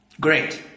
great